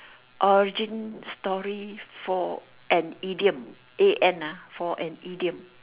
origin story for an idiom A N ah for an idiom